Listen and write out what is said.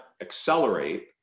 accelerate